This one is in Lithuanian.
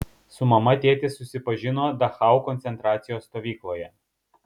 su mama tėtis susipažino dachau koncentracijos stovykloje